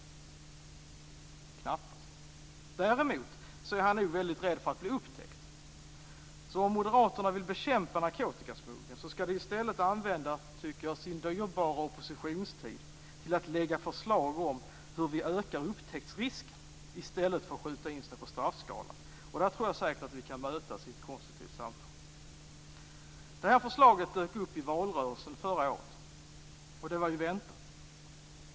Knappast. Däremot är han nog väldigt rädd för att bli upptäckt. Om moderaterna vill bekämpa narkotikasmugglingen skall de därför använda sin dyrbara oppositionstid, tycker jag, till att lägga förslag om hur vi ökar upptäcktsrisken i stället för att skjuta in sig på straffskalan. Där tror jag säkert att vi kan mötas i ett konstruktivt samtal. Det här förslaget dök upp i valrörelsen förra året. Det var ju väntat.